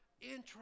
interest